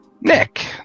Nick